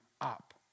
up